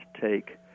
take